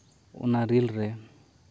ᱚᱱᱟ ᱨᱤᱞ ᱨᱮ